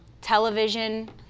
television